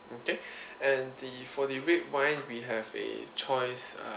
okay and the for the red wine we have a choice uh